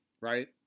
Right